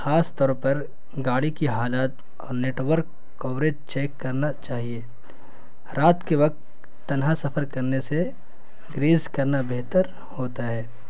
خاص طور پر گاڑی کی حالات اور نیٹورک کوریج چیک کرنا چاہیے رات کے وقت تنہا سفر کرنے سے گریز کرنا بہتر ہوتا ہے